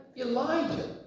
elijah